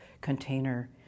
container